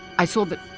i saw that